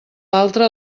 altre